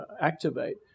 activate